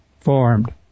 formed